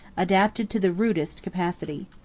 adapted to the rudest capacity.